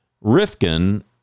rifkin